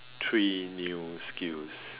three new skills